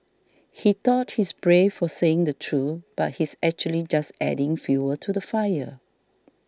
he thought he's brave for saying the truth but he's actually just adding fuel to the fire